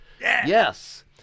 Yes